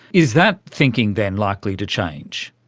is that thinking then likely to change?